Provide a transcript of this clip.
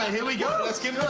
here we go.